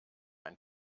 ein